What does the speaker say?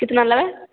कितना लेबै